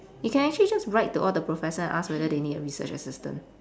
you can actually just write to all the professor and ask whether they need a research assistant